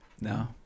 No